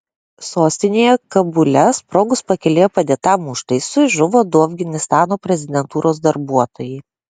sostinėje kabule sprogus pakelėje padėtam užtaisui žuvo du afganistano prezidentūros darbuotojai